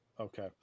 Okay